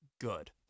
good